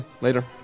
later